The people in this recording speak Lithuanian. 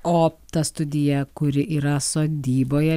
o ta studija kuri yra sodyboje